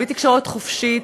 בלי תקשורת חופשית,